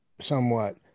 somewhat